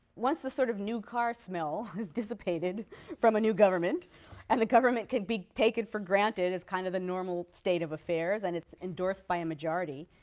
once the sort of new car smell has dissipated from a new government and the government can be taken for granted as kind of the normal state of affairs and it's endorsed by a majority,